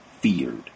feared